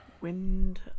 wind